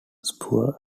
spur